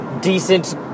decent